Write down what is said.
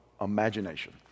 imagination